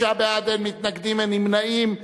59 בעד, אין מתנגדים, אין נמנעים.